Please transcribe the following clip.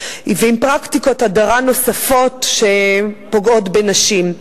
ולפרקטיקות הדרה נוספות שפוגעות בנשים.